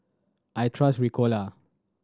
I trust Ricola